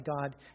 God